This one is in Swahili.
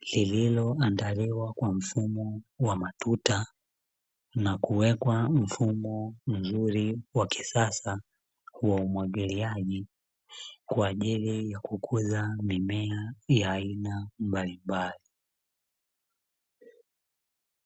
lililoandaliwa kwa mfumo wa matuta. Na kuwekwa mfumo mzuri wa kisasa wa umwagiliaji, kwa ajili ya kukuza mimea ya aina mbalimbali.